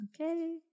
Okay